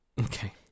Okay